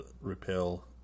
repel